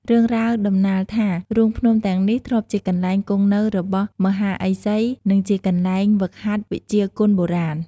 រឿងរ៉ាវដំណាលថា រូងភ្នំទាំងនេះធ្លាប់ជាកន្លែងគង់នៅរបស់មហាឥសី និងជាកន្លែងហ្វឹកហាត់វិជ្ជាគុនបុរាណ។